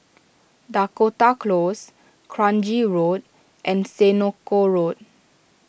Dakota Close Kranji Road and Senoko Road